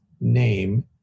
name